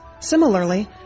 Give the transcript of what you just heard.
Similarly